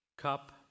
cup